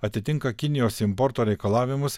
atitinka kinijos importo reikalavimus